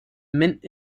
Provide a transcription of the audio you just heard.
mint